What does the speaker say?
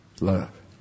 love